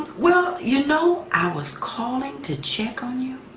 well you know i was calling to check on you.